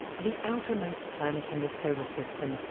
the outermost planet in the solar system,